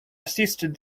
assisted